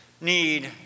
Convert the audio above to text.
need